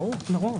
ברור.